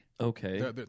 okay